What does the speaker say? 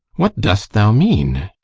what dost thou mean?